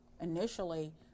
initially